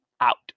out